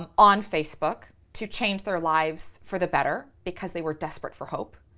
um on facebook to change their lives for the better because they were desperate for hope.